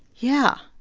yeah.